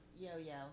yo-yo